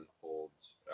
holds